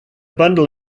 bundle